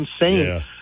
insane